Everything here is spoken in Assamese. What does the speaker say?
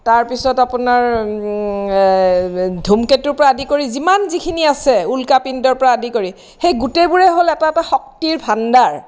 তাৰপিছত আপোনাৰ ধুমকেতুৰ পৰা আদি কৰি যিমান যিখিনি আছে উল্কাপিণ্ডৰ পৰা আদি কৰি সেই গোটেইবোৰেই হ'ল এটা এটা শক্তিৰ ভাণ্ডাৰ